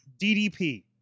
DDP